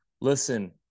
listen